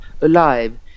alive